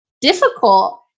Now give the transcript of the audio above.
difficult